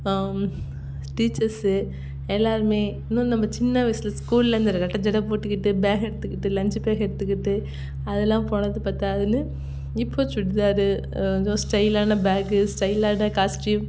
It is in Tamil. டீச்சர்ஸு எல்லாருமே இன்னும் நம்ம சின்ன வயசுல ஸ்கூல்ல அந்த ஜடை போட்டுக்கிட்டு பேக்கை எடுத்துக்கிட்டு லஞ்ச்சு பேக்கை எடுத்துக்கிட்டு அதெலாம் போனது பத்தாதுன்னு இப்போ சுடிதாரு கொஞ்சம் ஸ்டெயிலான பேக்கு ஸ்டெயிலான காஸ்ட்யூம்